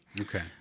Okay